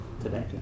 today